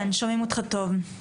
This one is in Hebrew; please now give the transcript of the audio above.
כן, שומעים אותך טוב.